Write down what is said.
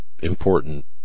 important